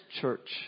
Church